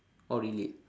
oh really